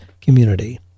community